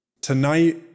Tonight